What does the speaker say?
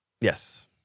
Yes